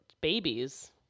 babies